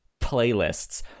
playlists